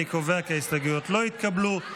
אני קובע כי ההסתייגויות לא התקבלו.